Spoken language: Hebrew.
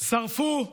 שרפו,